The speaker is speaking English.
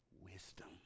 wisdom